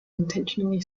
intentionally